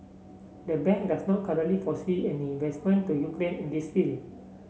the bank does not currently foresee any investment to Ukraine in this field